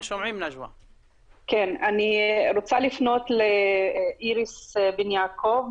אני רוצה לפנות לאיריס בן יעקב,